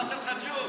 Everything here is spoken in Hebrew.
סידרתי לך ג'וב.